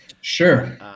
Sure